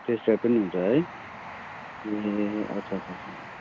test drive पनि हुन्छ है ए अच्छा अच्छा अच्छा